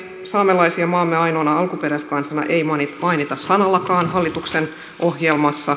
saamelaisia maamme ainoana alkuperäiskansana ei mainita sanallakaan hallituksen ohjelmassa